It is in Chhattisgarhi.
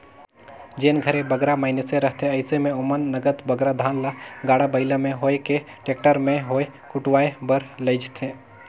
जेन घरे बगरा मइनसे रहथें अइसे में ओमन नगद बगरा धान ल गाड़ा बइला में होए कि टेक्टर में होए कुटवाए बर लेइजथें